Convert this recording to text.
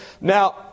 now